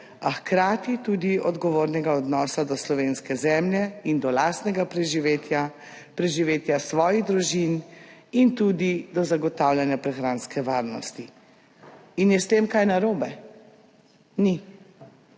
a hkrati tudi odgovornega odnosa do slovenske zemlje in do lastnega preživetja, preživetja svojih družin in tudi do zagotavljanja prehranske varnosti.« In je s tem kaj narobe? Ni.